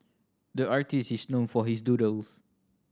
the artist is known for his doodles